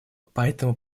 поэтому